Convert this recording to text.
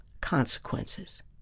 consequences